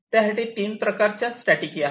त्यासाठी 3 प्रकारच्या स्ट्रॅटजी आहेत